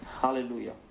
Hallelujah